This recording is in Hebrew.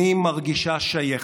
אני מרגישה שייכת,